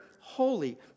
holy